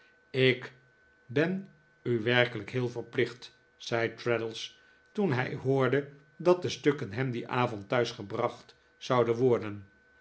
ik ben u werkelijk heel verplicht zei traddles toen hij hoorde dat de stukken hem dien avond thuis gebracht zouden worden